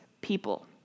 people